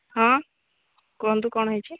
ହଁ କୁହନ୍ତୁ କ'ଣ ହୋଇଛି